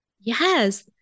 Yes